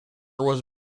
was